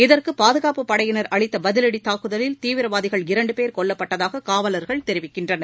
இதற்கு பாதுகாப்பு படையினா் அளித்த பதிவடி தாக்குதலில் தீவிரவாதிகள் இரண்டு பேர் கொல்லப்பட்டதாக காவலர்கள் தெரிவிக்கின்றனர்